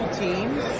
teams